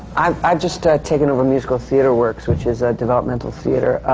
i've i've just ah taken over musical theatre works, which is a developmental theatre,